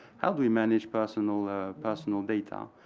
how do we manage personal personal data?